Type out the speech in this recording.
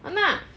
!hanna!